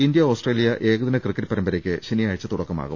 India Australia ഏകദിന cricket പരമ്പരയ്ക്ക് ശനിയാഴ്ച തുടക്കമാവും